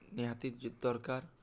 ନିହାତି ଦର୍କାର୍